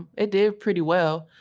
it did pretty well.